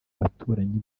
baturanyi